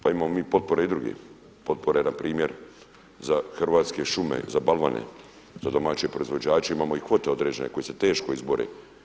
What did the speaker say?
Pa imamo mi potpore i druge, potpore npr. za hrvatske šume, za balvane za domaće proizvođače, imamo i kvote određene koje se teško izbore.